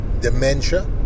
dementia